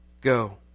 go